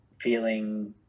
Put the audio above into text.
feeling